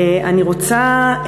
אני רוצה,